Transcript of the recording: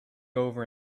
over